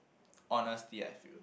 honestly I feel